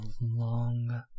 long